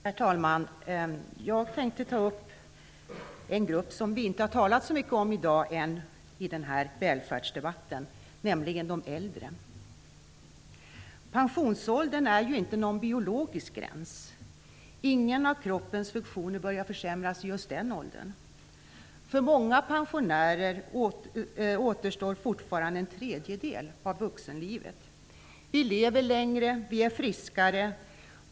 Herr talman! Jag skall ta upp en grupp som vi ännu inte har talat så mycket om i den här välfärdsdebatten, nämligen de äldre. Pensionsåldern är ju inte någon biologisk gräns. Ingen av kroppens funktioner börjar försämras i just den åldern. För många pensionärer återstår fortfarande en tredjedel av vuxenlivet. Vi lever längre, och vi är friskare.